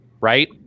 right